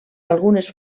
algunes